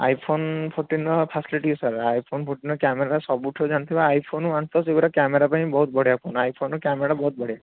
iPhone ଫୋର୍ଟିନ୍ର facility ହିସାବରେ iPhone ଫୋର୍ଟିନ୍ର କ୍ୟାମେରା ସବୁଠୁ ଜାଣିଥିବେ ଆଇଫୋନ୍ ୱାନ୍ପ୍ଲସ୍ ଏଗୁଡ଼ା କ୍ୟାମେରା ପାଇଁ ବହୁତ ବଢ଼ିଆ ଫୋନ୍ ଆଇଫୋନ୍ର କ୍ୟାମେରା ବହୁତ ବଢ଼ିଆ